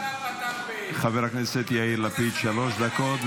חבר הכנסת יאיר לפיד, שלוש דקות,